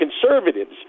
conservatives